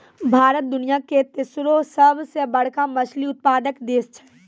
भारत दुनिया के तेसरो सभ से बड़का मछली उत्पादक देश छै